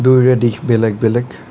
দুয়োৰে দিশ বেলেগ বেলেগ